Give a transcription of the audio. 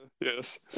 Yes